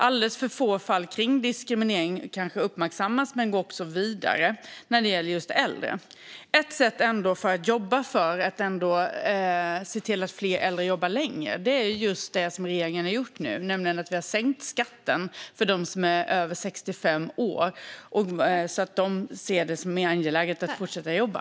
Alldeles för få diskrimineringsfall uppmärksammas och tas vidare när det gäller just äldre. Ett sätt att se till att fler äldre jobbar längre är just det som regeringen nu har gjort, nämligen att sänka skatten för dem som är över 65 år så att de ser det som mer angeläget att fortsätta jobba.